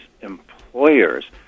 employers